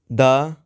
ਦਾ